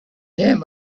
him